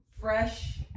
fresh